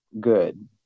good